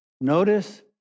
Notice